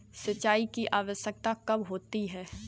सिंचाई की आवश्यकता कब होती है?